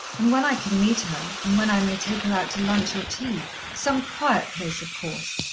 and when i can meet her, and when i may take her out to lunch or tea some quiet place, of course.